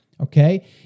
okay